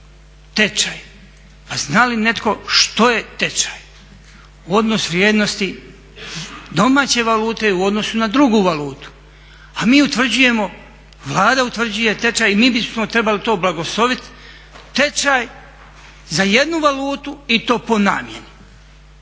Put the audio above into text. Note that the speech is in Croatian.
Tečaj, pa zna li netko što je tečaj? Odnos vrijednosti domaće valute u odnosu na drugu valutu, a mi utvrđujemo, Vlada utvrđuje tečaj i mi bismo trebali to blagosloviti tečaj za jednu valutu i to po namjeni.